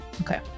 Okay